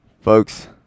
Folks